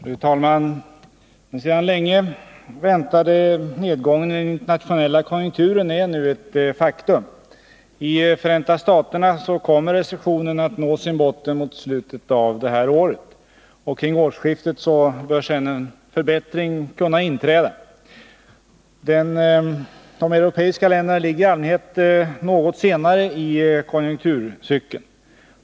Fru talman! Den sedan länge väntade nedgången i den internationella konjunkturen är nu ett faktum. I Förenta staterna kommer recessionen att nå sin botten mot slutet av året. Kring årsskiftet bör sedan en förbättring kunna inträda. De europeiska länderna ligger i allmänhet något senare i konjunkturcykeln.